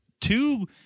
two